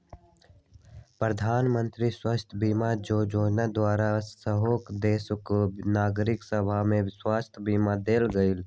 प्रधानमंत्री स्वास्थ्य बीमा जोजना द्वारा सेहो देश के नागरिक सभके स्वास्थ्य बीमा देल गेलइ